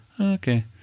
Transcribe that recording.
okay